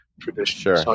tradition